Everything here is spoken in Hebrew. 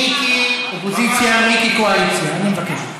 מיקי אופוזיציה, מיקי קואליציה, אני מבקש.